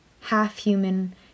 half-human